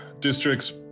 districts